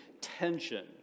tension